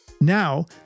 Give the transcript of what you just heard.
Now